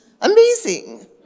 Amazing